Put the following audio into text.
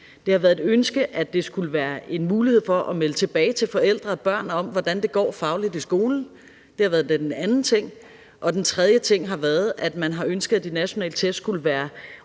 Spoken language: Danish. Det har været et ønske, at det skulle være en mulighed for at melde tilbage til forældre og børn om, hvordan det går fagligt i skolen; det har været den anden ting. Og den tredje ting har været, at man har ønsket, at de nationale test også skulle være